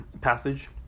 passage